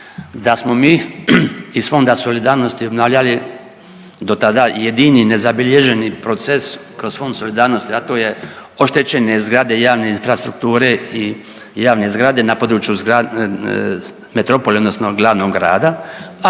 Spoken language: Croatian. da smo mi iz Fonda solidarnosti obnavljali do tada jedini i nezabilježeni proces kroz Fond solidarnosti, a to je oštećene zgrade javne infrastrukture i javne zgrade na području zgra… metropole odnosno glavnog grada,